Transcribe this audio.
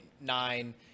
nine